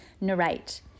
narrate